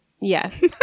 Yes